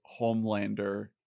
Homelander